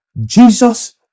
jesus